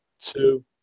two